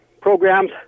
programs